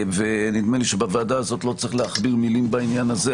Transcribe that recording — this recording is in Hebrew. ונדמה לי שבוועדה הזאת לא צריך להכביר מילים בעניין הזה,